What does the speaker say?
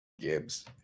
Gibbs